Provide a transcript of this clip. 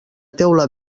teula